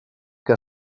que